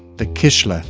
the kishle, ah